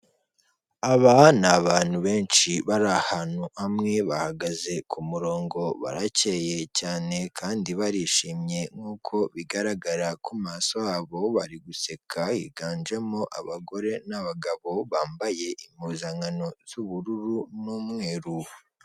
Aba ni abantu benshi bari ahantu hamwe bahagaze ku murongo baracyeye cyane kandi barishimye nk'uko bigaragara ku maso yabobo bari guseka, higanjemo abagore n'abagabo bambaye impuzankano z'ubururu n'umweru.